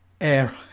air